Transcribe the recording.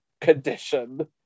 condition